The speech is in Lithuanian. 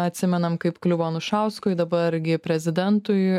atsimenam kaip kliuvo anušauskui dabar gi prezidentui